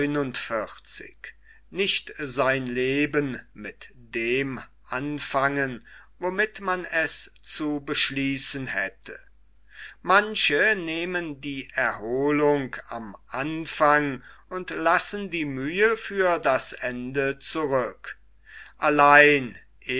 manche nehmen die erholung am anfang und lassen die mühe für das ende zurück allein